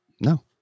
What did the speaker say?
No